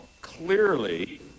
clearly